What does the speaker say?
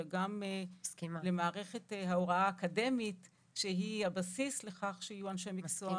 אלא גם למערכת ההוראה האקדמית שהיא הבסיס לכך שיהיו אנשי מקצוע.